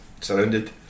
surrounded